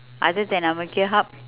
other than ang mo kio-hub